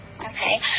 Okay